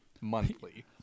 Monthly